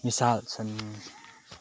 मिसाल छन्